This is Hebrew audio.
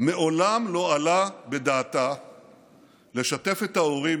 מעולם לא עלה בדעתה לשתף את ההורים